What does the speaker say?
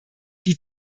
die